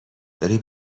داری